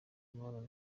imibonano